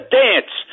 dance